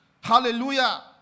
Hallelujah